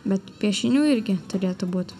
bet piešinių irgi turėtų būt